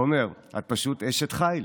עומר, את פשוט אשת חיל.